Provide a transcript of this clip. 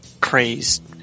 crazed